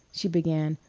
she began,